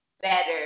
better